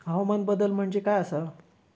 हवामान बदल म्हणजे काय आसा?